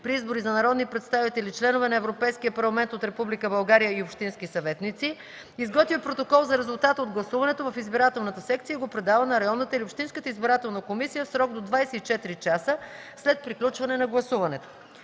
при избори за народни представители, членове на Европейския парламент от Република България и общински съветници; изготвя протокол за резултата от гласуването в избирателната секция и го предава на районната или общинската избирателна комисия в срок до 24 часа след приключване на гласуването;